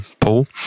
Paul